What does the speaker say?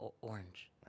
Orange